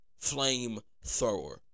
Flamethrower